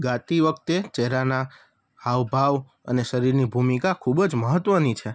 ગાતી વખતે ચહેરાનાં હાવ ભાવ અને શરીરની ભૂમિકા ખૂબ જ મહત્વની છે